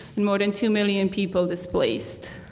and more than two million people displaced.